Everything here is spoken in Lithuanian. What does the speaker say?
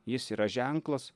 jis yra ženklas